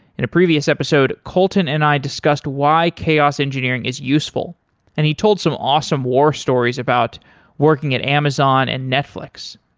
in a previous episode, kolton and i discussed why chaos engineering is useful and he told some awesome war stories about working at amazon and netflix.